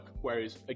whereas